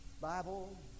Bible